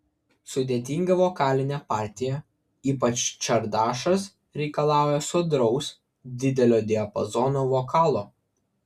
sudėtinga vokalinė partija ypač čardašas reikalauja sodraus didelio diapazono vokalo